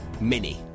Mini